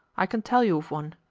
i can tell you of one.